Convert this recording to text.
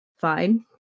fine